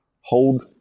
hold